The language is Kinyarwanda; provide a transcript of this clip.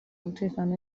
mutekano